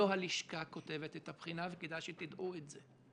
לא הלשכה כותבת את הבחינה, וכדאי שתדעו את זה.